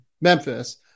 Memphis